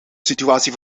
situatie